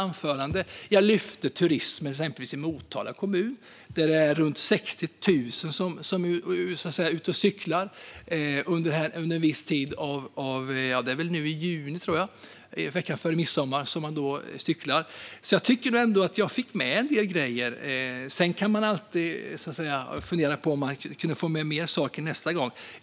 Jag lyfte också turismen exempelvis i Motala kommun, där det är runt 60 000 som är ute och cyklar i juni veckan före midsommar, så jag tycker nog ändå att jag fick med en del grejer. Man kan alltid fundera på om man kan få med fler saker nästa gång.